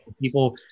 people